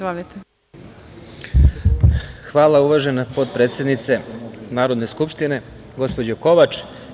Hvala, uvažena potpredsednice Narodne skupštine gospođo Kovač.